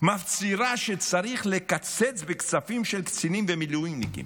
מפצירה שצריך לקצץ בכספים של קצינים ומילואימניקים,